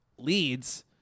leads